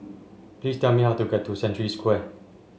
please tell me how to get to Century Square